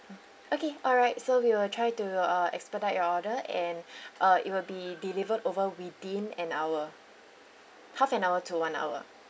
mm okay alright so we will try to uh expedite your order and uh it will be delivered over within an hour half an hour to one hour